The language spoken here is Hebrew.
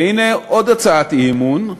והנה עוד הצעת אי-אמון,